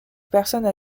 personnes